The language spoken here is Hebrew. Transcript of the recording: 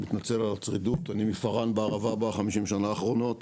אני מפארן בערבה בחמישים השנה האחרונות.